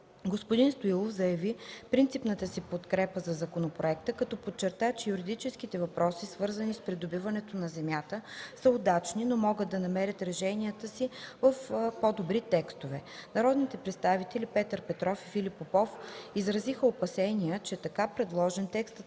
Господин Стоилов заяви принципната си подкрепа за законопроекта, като подчерта, че юридическите въпроси, свързани с придобиването на земята, са удачни, но могат да намерят решенията си в по-добри текстове. Народните представители Петър Петров и Филип Попов изразиха опасения, че, така предложен, текстът